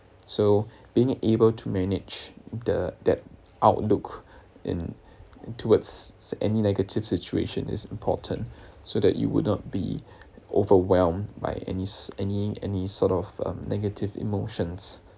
so being able to manage the that outlook in towards any negative situation is important so that you would not be overwhelmed by any s~ any any sort of um negative emotions